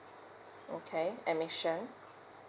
okay admission